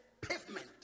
pavement